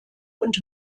und